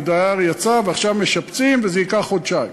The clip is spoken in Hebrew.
דייר יצא ועכשיו משפצים וזה ייקח חודשיים.